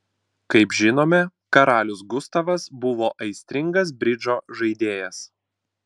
kaip žinome karalius gustavas buvo aistringas bridžo žaidėjas